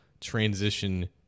transition